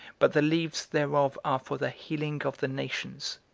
but the leaves thereof are for the healing of the nations.